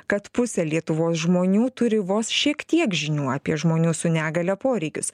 kad pusė lietuvos žmonių turi vos šiek tiek žinių apie žmonių su negalia poreikius